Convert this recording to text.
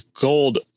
Gold